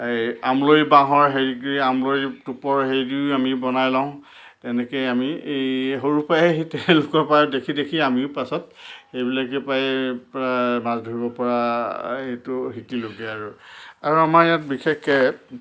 এই আমৰলি বাঁহৰ হেৰি কৰি আমৰলি টোপৰ হেৰি দিয়ো আমি বনাই লওঁ এনেকৈ আমি এই সৰুৰ পৰাই তেওঁলোকৰ পৰাই দেখি দেখি আমিও পাছত সেইবিলাকৰ পৰাই মাছ ধৰিব পৰা এইটো শিকিলোঁগৈ আৰু আৰু আমাৰ ইয়াত বিশেষকৈ